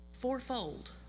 fourfold